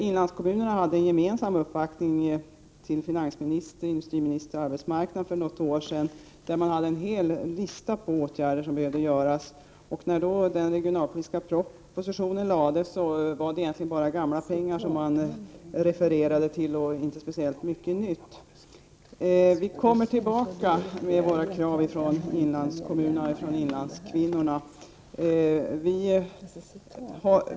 Inlandskommunerna hade en gemensam uppvaktning inför finansministern, industriministern och arbetsmarknadsministern för något år sedan. Man presenterade en lång lista på åtgärder som behöver vidtas. När den regionalpolitiska propositionen sedan kom refererade man egentligen bara till gamla pengar; inte var det speciellt mycket nytt. Vi kvinnor från inlandskommunerna kommer tillbaka med våra krav.